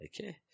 Okay